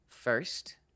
first